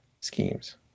schemes